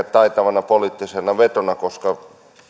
taitavana poliittisena vetona koska